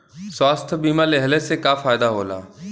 स्वास्थ्य बीमा लेहले से का फायदा होला?